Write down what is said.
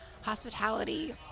hospitality